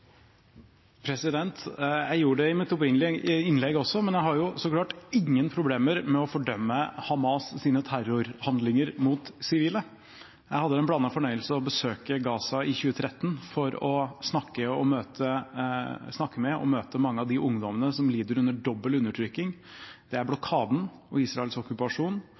Jeg gjorde det i mitt opprinnelige innlegg også, men jeg har så klart ingen problemer med å fordømme Hamas sine terrorhandlinger mot sivile. Jeg hadde den blandede fornøyelsen å besøke Gaza i 2013 for å snakke med og møte mange av de ungdommene som lider under dobbel undertrykking: Det er blokaden og Israels okkupasjon,